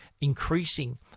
increasing